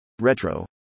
Retro